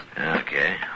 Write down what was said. Okay